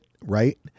Right